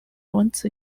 once